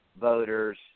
voters